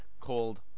called